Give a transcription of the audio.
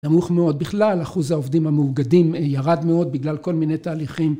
נמוך מאוד. בכלל אחוז העובדים המאוגדים ירד מאוד בגלל כל מיני תהליכים.